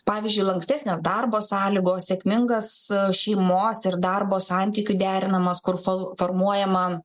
pavyzdžiui lankstesnės darbo sąlygos sėkmingas šeimos ir darbo santykių derinamas kur fol formuoja man